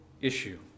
issue